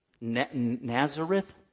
Nazareth